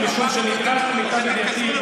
משום שלמיטב ידיעתי,